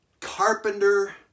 carpenter